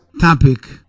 topic